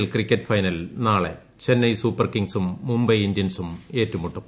L cricket final നാളെ ചെന്നൈ സൂപ്പർകിങ്ങ്സും മുംബൈ ഇൻഡ്യൻസും ഏറ്റുമുട്ടും